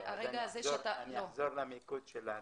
תחזור למיקוד.